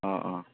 অঁ অঁ